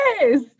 Yes